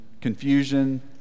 confusion